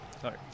Sorry